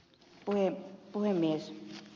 arvoisa puhemies